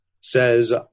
says